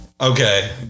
okay